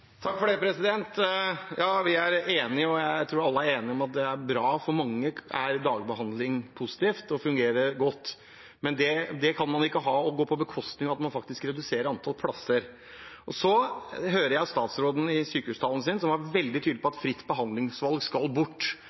Ja, vi er enige, og jeg tror alle er enige om at det er bra. For mange er dagbehandling positivt og fungerer godt, men det kan ikke gå på bekostning av at man faktisk reduserer antall plasser. Så hørte jeg at statsråden i sykehustalen sin var veldig tydelig på at fritt behandlingsvalg skal bort.